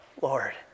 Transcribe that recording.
Lord